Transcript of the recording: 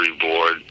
board